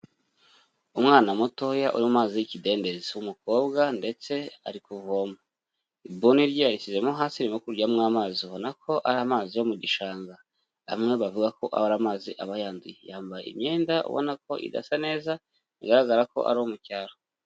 Umwana mutoya uri mu mazi y'ikidendezi w'umukobwa ndetse ari kuvoma, ibuni rye yarishyizemo hasi ririmo kujyamwo amazi, ubona ko ari amazi yo mu gishanga amwe bavuga ko ari amazi aba yanduye. Yambaye imyenda ubona ko idasa neza, bigaragara ko ari uwo mu cyaro.